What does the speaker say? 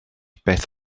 beth